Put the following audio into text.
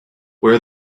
wear